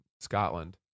Scotland